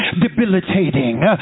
debilitating